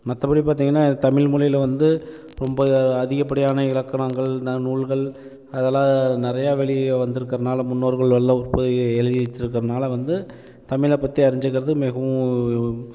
மற்றபடி பார்த்தீங்கனா இது தமிழ்மொழியில் வந்து ரொம்ப அதிகப்படியான இலக்கணங்கள் தான் நூல்கள் அதெல்லாம் நிறைய வெளியே வந்துருக்கனால முன்னோர்கள் எழுதியிற்றுக்கிறனால வந்து தமிழை பற்றி அறிஞ்சுக்கிறது மிகவும்